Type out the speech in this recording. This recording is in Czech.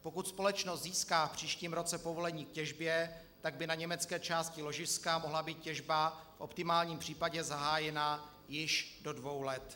Pokud společnost získá v příštím roce povolení k těžbě, tak by na německé části ložiska mohla být těžba v optimálním případě zahájena již do dvou let.